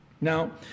Now